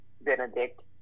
Benedict